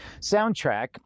Soundtrack